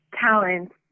talents